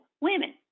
women